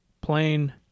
Plane